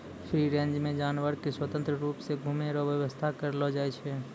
free range मे जानवर के स्वतंत्र रुप से घुमै रो व्याबस्था करलो जाय छै